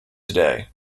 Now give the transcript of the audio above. today